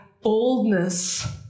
boldness